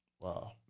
Wow